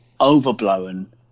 overblown